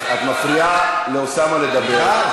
את מפריעה לאוסאמה לדבר.